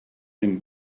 him